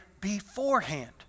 beforehand